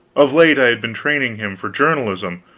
of late i had been training him for journalism,